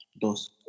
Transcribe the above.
Dos